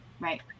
Right